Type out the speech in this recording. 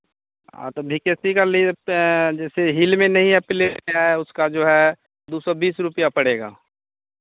हाँ तो भी के सी का लिए तो जैसे हिल में नहीं हे प्लेन है उसका जो है दो सौ बीस रुपैया पड़ेगा